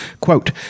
quote